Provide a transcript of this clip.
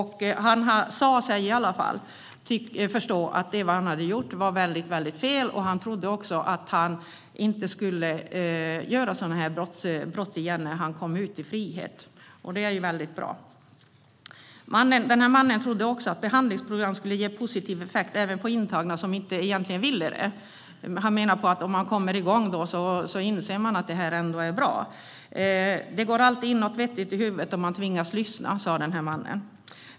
Han sa sig i varje fall förstå att det han hade gjort var väldigt fel. Han trodde också att han inte skulle göra sådana brott igen när han kom ut i frihet, och det är väldigt bra. Mannen trodde också att behandlingsprogram skulle ge positiv effekt även på intagna som egentligen inte ville det. Han menade att om man kommer igång inser man att det ändå är bra. Det går alltid in någonting vettigt i huvudet om man tvingas lyssna, sa mannen.